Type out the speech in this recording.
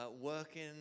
working